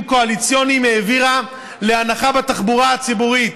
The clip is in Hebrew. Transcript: קואליציוניים להנחה בתחבורה הציבורית,